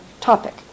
topic